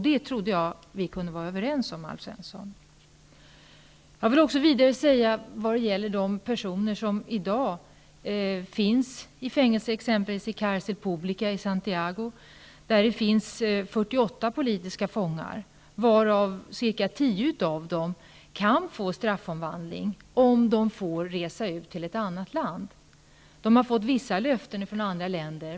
Det trodde jag att vi kunde vara överens om, Alf Svensson. Vad gäller de personer som finns i fängelse, i exempelvis Cárcel pública i Santiago, finns i dag 48 politiska fångar. Ca 10 av dem kan få straffomvandling om de får resa till ett annat land. De har fått vissa löften från andra länder.